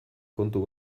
kontu